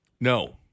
No